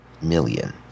million